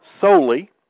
solely